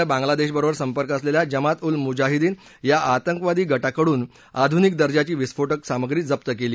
नं बांग्लादेशबरोबर संपर्क असलेल्या जमात उल मुझाहिदीन या आंतकवादी गटाकडून आधुनिक दर्जाची विस्फोटक सामग्री जप्त केली